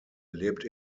lebt